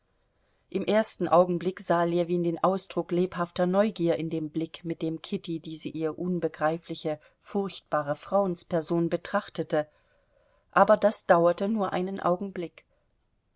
im ersten augenblick sah ljewin den ausdruck lebhafter neugier in dem blick mit dem kitty diese ihr unbegreifliche furchtbare frauensperson betrachtete aber das dauerte nur einen augenblick